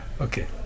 Okay